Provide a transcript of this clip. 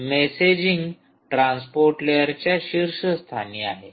तरीही messaging transport लेअरच्या शीर्षस्थानी आहे